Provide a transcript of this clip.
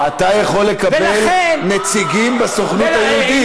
אתה יכול לקבל נציגים בסוכנות היהודית.